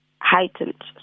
heightened